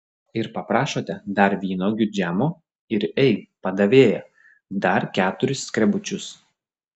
ir paprašote dar vynuogių džemo ir ei padavėja dar keturis skrebučius